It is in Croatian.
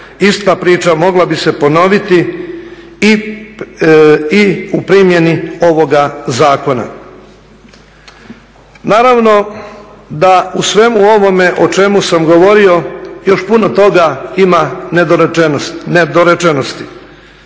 Ista priča mogla bi se ponoviti i u primjeni ovoga zakona. Naravno da u svemu ovome o čemu sam govorio još puno toga ima nedorečenosti.